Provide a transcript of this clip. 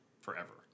forever